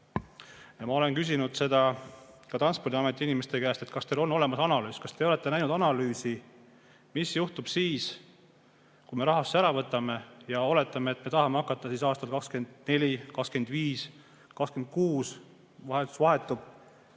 Ma olen küsinud Transpordiameti inimeste käest, kas teil on olemas analüüs, kas te olete näinud analüüsi, mis juhtub siis, kui me rahastuse ära võtame. Ja oletame, et me tahame hakata aastal 2024, 2025, 2026 – valitsus